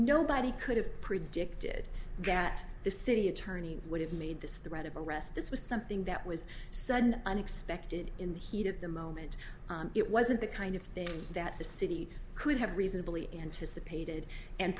nobody could have predicted that the city attorney would have made this threat of arrest this was something that was sudden unexpected in the heat of the moment it wasn't the kind of thing that the city could have reasonably anticipated and